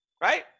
right